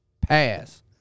pass